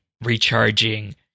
recharging